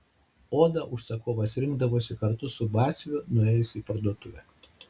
odą užsakovas rinkdavosi kartu su batsiuviu nuėjęs į parduotuvę